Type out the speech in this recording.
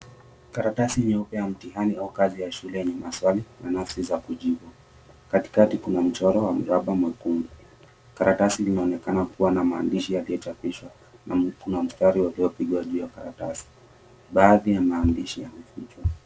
Karatasi nyeupe ya mtihani wa kazi ya shule yenye maswali na nafasi za kujibu. Katikati kuna mchoro wa mraba mwekundu. Karatasi inaonekana kuwa na maandishi yaliyochapishwa na kuna mstari uliopigwa juu ya karatasi. Baadhi ya maandishi yamefichwa.